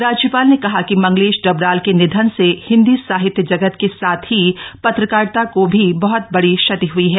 राज्यपाल ने कहा कि मंगलेश डबराल के निधन से हिंदी साहित्य जगत के साथ ही पत्रकारिता को भी बहत बड़ी क्षति हई है